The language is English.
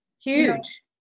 Huge